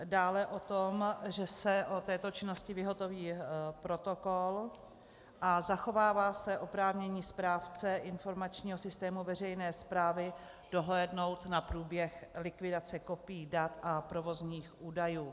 Dále o to, že se o této činnosti vyhotoví protokol a zachovává se oprávnění správce informačního systému veřejné správy dohlédnout na průběh likvidace kopií dat a provozních údajů.